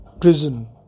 prison